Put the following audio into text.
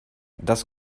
das